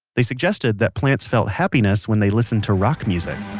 they suggested that plants felt happiness when they listened to rock music.